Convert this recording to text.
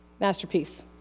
masterpiece